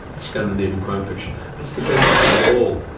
scandinavian crime fiction. it's the basis of it all.